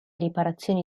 riparazioni